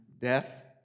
death